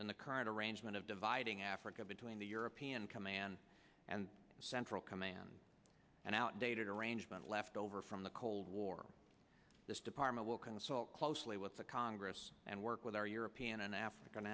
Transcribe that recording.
than the current arrangement of dividing africa between the european command and central command an outdated arrangement left over from the cold war this department will consult closely with the congress and work with our european and african